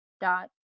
dot